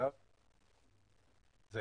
זה